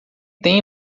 tem